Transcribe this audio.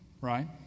right